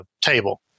table